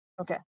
Okay